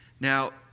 Now